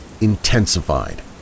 intensified